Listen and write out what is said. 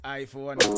iPhone